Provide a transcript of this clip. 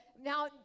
Now